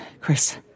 Chris